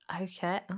Okay